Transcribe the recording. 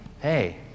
hey